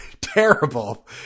terrible